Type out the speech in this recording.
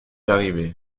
arrivé